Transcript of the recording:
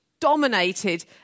dominated